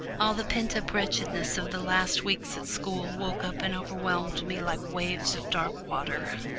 all the pent-up wretchedness of the last weeks at school woke up and overwhelmed me like waves of dark water.